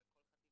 בכל חטיבה,